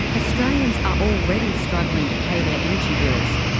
australians are already struggling to pay their energy bills.